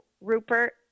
Rupert